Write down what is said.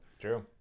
True